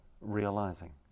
realizing